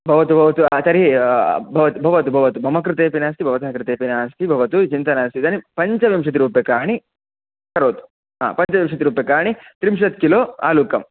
भवतु भवतु तर्हि भवतु भवतु भवतु मम कृते अपि नास्ति भवतः कृते अपि नास्ति भवतु चिन्ता नास्ति इदानीं पञ्चविंशतिरूप्यकाणि करोतु हा पञ्चविंशतिरूप्यकाणि त्रिंशत् किलो आलुकम्